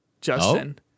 Justin